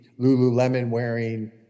Lululemon-wearing